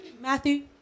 Matthew